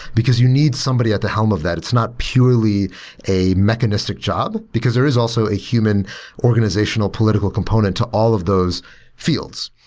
because you need somebody at the helm of that. it's not really a mechanistic job, because there is also a human organizational political component to all of those fields.